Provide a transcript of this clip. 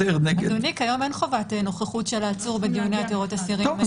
כיום אין חובת נוכחות של העצור בדיוני עתירות אסירים.